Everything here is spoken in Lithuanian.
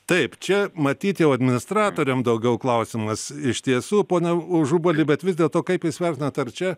taip čia matyt jau administratoriam daugiau klausimas iš tiesų pone užubali bet vis dėlto kaip jūs vertinat ar čia